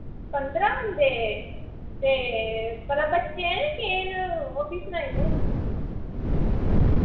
पन्दरां बंदे ते भला बच्चे न केह् न ओह् बी सनाई ओ ड़ो